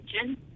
kitchen